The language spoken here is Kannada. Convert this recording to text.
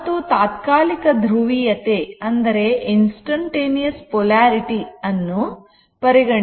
ಮತ್ತು ತಾತ್ಕಾಲಿಕ ಧ್ರುವೀಯತೆ ಯನ್ನು ಪರಿಗಣಿಸೋಣ